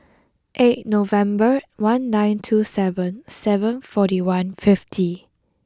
eight November one nine two seven seven forty one fifty